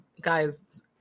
guys